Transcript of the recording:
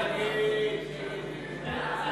ביטול צו תעריף המכס